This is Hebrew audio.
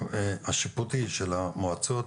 השיפוטי של המועצות,